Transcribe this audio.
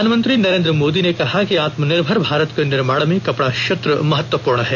प्रधानमंत्री नरेंद्र मोदी ने कहा है कि आत्मनिर्भर भारत के निर्माण में कपड़ा क्षेत्र महत्वपूर्ण है